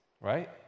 right